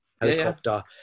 helicopter